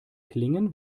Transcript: klingen